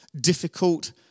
difficult